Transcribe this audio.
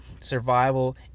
survival